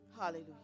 Hallelujah